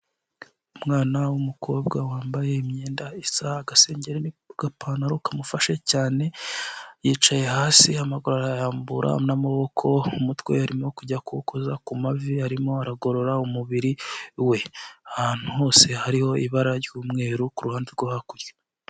Umwana w'umukobwa wambaye imyenda isa, agasengero n'agapantaro kamufashe cyane, yicaye hasi amaguru arayarambura n'amaboko, umutwe arimo kujya kuwukoza ku mavi, arimo aragorora umubiri we, ahantu hose hariho ibara ry'umweru ku ruhande rwo hakurya.